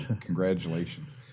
Congratulations